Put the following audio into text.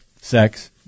sex